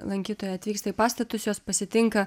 lankytojai atvyksta į pastatus juos pasitinka